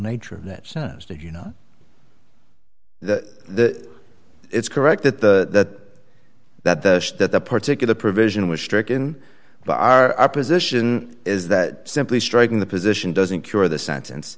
nature of that sense that you know that it's correct that the that that the that the particular provision was stricken by our opposition is that simply striking the position doesn't cure the sentence